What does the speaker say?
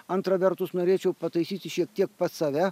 antra vertus norėčiau pataisyti šiek tiek pats save